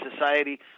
society